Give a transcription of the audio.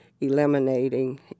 eliminating